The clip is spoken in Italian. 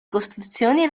costruzioni